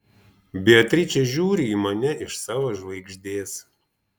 beatričė žiūri į mane iš savo žvaigždės